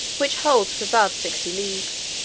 which holds for above sixty leagues.